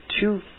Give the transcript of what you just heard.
two